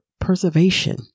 preservation